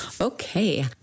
Okay